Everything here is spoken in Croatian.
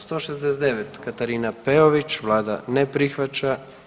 169, Katarina Peović, Vlada ne prihvaća.